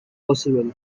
possible